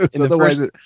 Otherwise